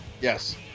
Yes